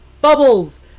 bubbles